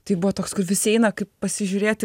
tai buvo toks kur visi eina kaip pasižiūrėti